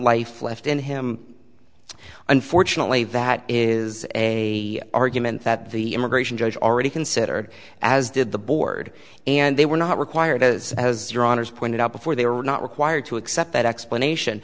life left in him unfortunately that is a argument that the immigration judge already considered as did the board and they were not required as your honour's pointed out before they were not required to accept that explanation